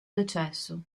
decesso